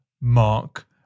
Mark